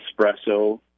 espresso